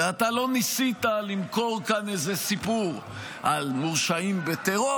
ואתה לא ניסית למכור כאן איזה סיפור על מורשעים בטרור.